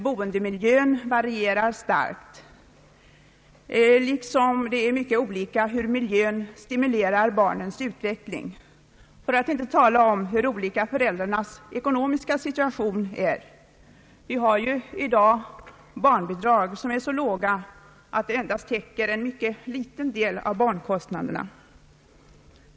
Boendemiljön varierar starkt, och därmed också den stimulans olika barn får i sin utveckling. För att inte tala om hur olika föräldrarnas ekonomiska situation är. De barnbidrag som utgår i dag är så låga att de endast täcker en mycket ringa del av barnkostnaderna.